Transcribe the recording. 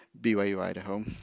BYU-Idaho